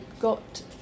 got